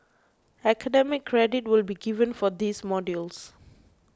academic credit will be given for these modules